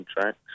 tracks